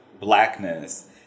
blackness